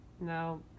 No